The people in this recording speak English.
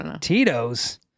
Tito's